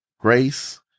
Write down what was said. Grace